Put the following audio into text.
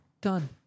done